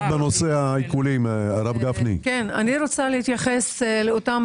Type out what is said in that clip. אני רוצה להתייחס לאותם